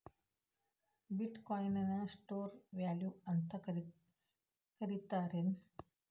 ಬಿಟ್ coin ನ store value ಅಂತ ಕರಿತಾರೆನ್